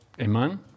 Amen